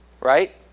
right